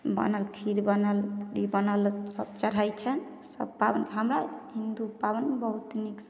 बनल खीर बनल पूड़ी बनल सब चढ़ै छनि सब पाबनि हमरा हिन्दू पाबनि बहुत नीकसँ होइ छै